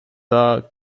are